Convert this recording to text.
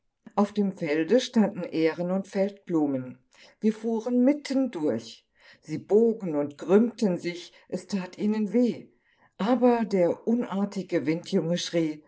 auf dem felde standen ähren und feldblumen wir fuhren mitten durch sie bogen und krümmten sich es tat ihnen weh aber der unartige windjunge